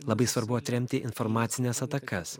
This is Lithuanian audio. labai svarbu atremti informacines atakas